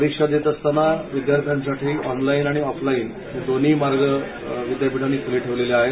परीक्षा देत असताना विद्यार्थ्यांसाठी अॅनलाईन आणि ऑफलाईन हे दोन्ही मार्ग विद्यापीठाने खुले ठेवलेले आहे